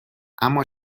اما